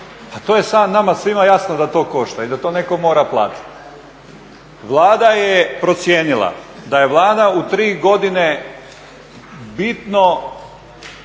a to je svima nama jasno da to košta i da to netko mora platiti. Vlada je procijenila da je Vlada u tri godine bitno